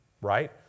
right